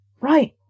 Right